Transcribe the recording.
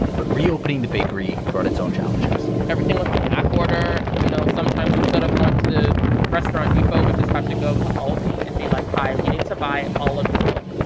but reopening the bakery brought its own challenges everything was um order. you know, sometimes instead of going to the restaurant, depot would just have to go to aldi and be like, hi, we need to buy all of your milk.